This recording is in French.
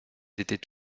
étaient